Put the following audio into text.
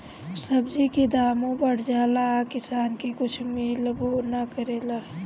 सब्जी के दामो बढ़ जाला आ किसान के कुछ मिलबो ना करेला